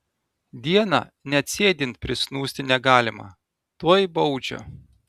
dieną net sėdint prisnūsti negalima tuoj baudžia